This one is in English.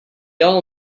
all